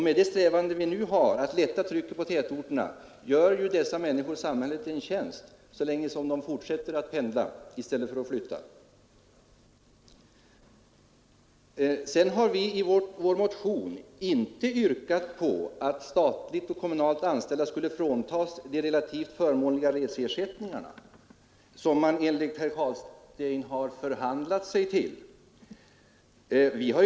Med de strävanden vi nu har att lätta trycket på tätorterna gör dessa människor samhället en tjänst så länge de fortsätter att pendla i stället för att flytta. I vår motion har vi inte yrkat på att statligt och kommunalt anställda skall fråntas de relativt förmånliga reseersättningar som de enligt herr Carlstein förhandlat sig till.